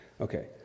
Okay